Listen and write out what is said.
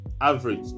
average